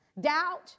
doubt